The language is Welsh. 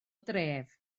dref